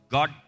God